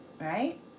right